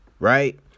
Right